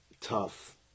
tough